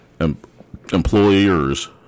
employers